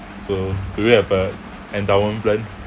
so do you have a endowment plan